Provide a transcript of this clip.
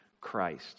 Christ